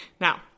Now